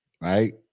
right